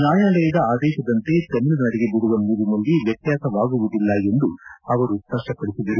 ನ್ಯಾಯಾಲಯದ ಆದೇಶದಂತೆ ತಮಿಳುನಾಡಿಗೆ ಬಿಡುವ ನೀರಿನಲ್ಲಿ ವ್ಯತ್ಯಾಸವಾಗುವುದಿಲ್ಲ ಎಂದು ಅವರು ಸ್ಪಷ್ಪಪಡಿಸಿದರು